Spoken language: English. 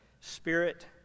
Spirit